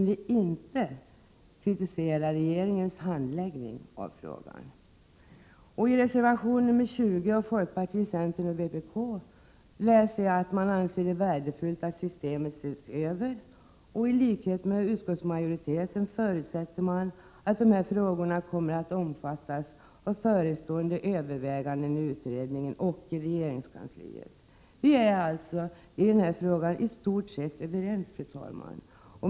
Men vi kan inte kritisera regeringens handläggning av frågan. I reservation 20 av folkpartiet, centern och vpk läser jag att man anser det värdefullt att systemet ses över och att man i likhet med utskottsmajoriteten förutsätter att dessa frågor kommer att omfattas av förestående övervägandeni utredningen och i regeringskansliet. Vi är alltså i denna fråga i stort sett överens. Fru talman!